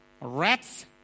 rats